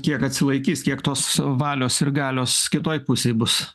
kiek atsilaikys kiek tos valios ir galios kitoj pusėj bus